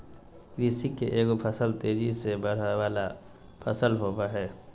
कृषि में एगो फसल तेजी से बढ़य वला फसल होबय हइ